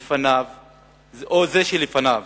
או זה שלפניו